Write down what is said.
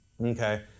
Okay